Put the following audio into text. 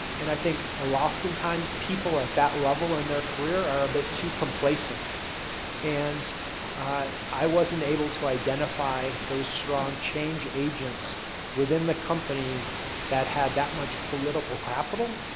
and i think ah like often times people at that level in their career are a bit too complacent and i wasn't able to identify those strong change agents within the companies that had that much political capital